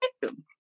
victim